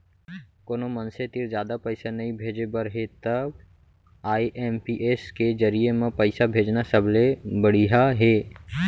कोनो मनसे तीर जादा पइसा नइ भेजे बर हे तव आई.एम.पी.एस के जरिये म पइसा भेजना सबले बड़िहा हे